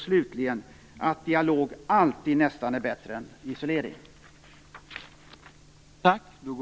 Slutligen kan man lära sig att dialog nästan alltid är bättre än isolering.